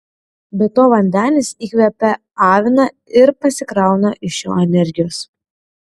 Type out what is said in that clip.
be to vandenis įkvepią aviną ir pasikrauna iš jo energijos